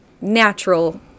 natural